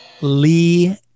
Lee